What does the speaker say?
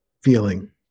feeling